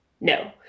no